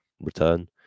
return